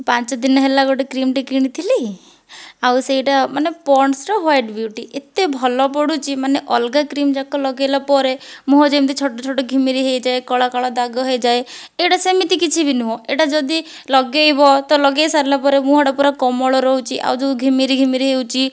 ପାଞ୍ଚ ଦିନ ହେଲା ଗୋଟିଏ କ୍ରିମ୍ ଟିଏ କିଣିଥିଲି ଆଉ ସେଇଟା ମାନେ ପଣ୍ଡସ୍ର ହ୍ଵାଇଟ୍ ବିୟୁଟି ଏତେ ଭଲ ପଡୁଛି ମାନେ ଅଲଗା କ୍ରିମ୍ ଯାକ ଲଗେଇଲା ପରେ ମୁହଁ ଯେମିତି ଛୋଟ ଛୋଟ ଘିମିରି ହୋଇଯାଏ କଳା କଳା ଦାଗ ହୋଇଯାଏ ଏଇଟା ସେମିତି କିଛି ବି ନୁହେଁ ଏଇଟା ଯଦି ଲଗେଇବ ତ ଲଗେଇ ସାରିଲା ପରେ ମୁହଁଟା ପୁରା କୋମଳ ରହୁଛି ଆଉ ଯେଉଁ ଘିମିରି ଘିମିରି ହେଉଛି